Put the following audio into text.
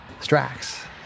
Strax